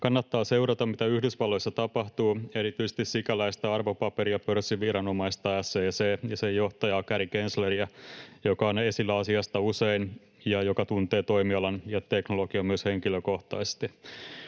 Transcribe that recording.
Kannattaa seurata, mitä Yhdysvalloissa tapahtuu, erityisesti sikäläistä arvopaperi- ja pörssiviranomaista SEC:tä ja sen johtajaa Gary Gensleria, joka on esillä asiasta usein ja joka tuntee toimialan ja teknologian myös henkilökohtaisesti.